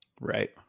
Right